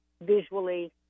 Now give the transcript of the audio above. visually